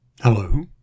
Hello